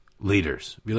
leaders